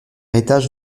étage